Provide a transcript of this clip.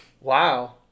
Wow